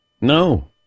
No